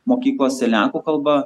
mokyklose lenkų kalba